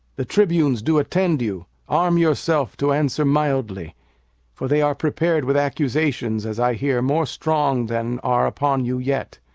the tribunes do attend you arm yourself to answer mildly for they are prepar'd with accusations, as i hear, more strong than are upon you yet.